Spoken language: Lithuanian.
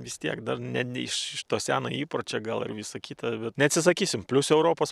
vis tiek dar ne iš iš to seno įpročio gal ir visa kita bet neatsisakysim plius europos